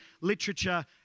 literature